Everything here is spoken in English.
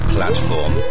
Platform